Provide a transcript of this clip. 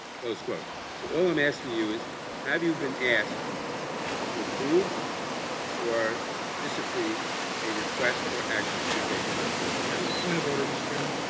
so all i am asking you is have you been asked to approve or disapprove a request or action to be taken by the special counsel? point of order, mr. chairman.